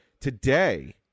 Today